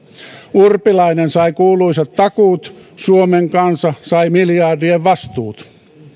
urpilainen sai kuuluisat takuut suomen kansa sai miljardien vastuut